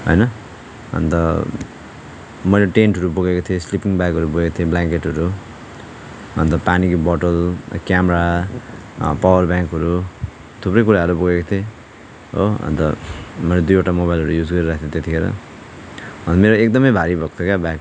होइन अन्त मैले टेन्टहरू बोकेको थिएँ स्लिपिङ ब्यागहरू बोकेको थिएँ ब्ल्याङ्केटहरू अन्त पानीको बोतल क्यामरा पावर ब्याङ्कहरू थुप्रै कुराहरू बोकेको थिएँ हो अन्त मैले दुईवटा मोबाइलहरू युज गरिरहेको थिएँ त्यतिखेर अन्त मेरो एकदमै भारी भएको थियो क्या ब्याग